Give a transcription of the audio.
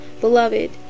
beloved